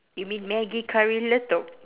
you mean maggi curry letup